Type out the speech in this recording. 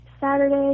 saturday